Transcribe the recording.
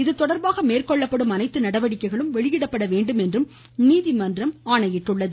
இதுதொடா்பாக மேற்கொள்ளப்படும் அனைத்து நடவடிக்கைகளும் வெளியிட வேண்டும் என்றும் நீதிமன்றம் ஆணையிட்டுள்ளது